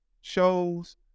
shows